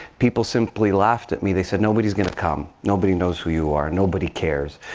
people simply laughed at me. they said, nobody is going to come. nobody knows who you are. nobody cares.